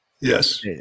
Yes